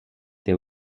they